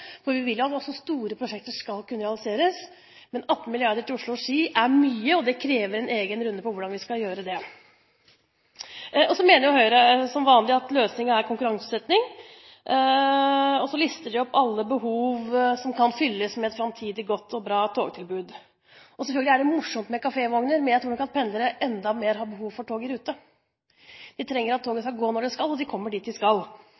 for vi vil at også store prosjekter skal kunne realiseres. Men 18 mrd. kr til strekningen Oslo–Ski er mye, og det krever en egen runde på hvordan vi skal gjøre det. Så mener jo Høyre, som vanlig, at løsningen er konkurranseutsetting, og de lister opp alle behov som kan dekkes med et framtidig godt togtilbud. Selvfølgelig er det morsomt med kafévogner, men jeg tror nok at pendlere har enda mer behov for tog i rute. Vi har behov for at toget går når det skal, og at det kommer dit det skal.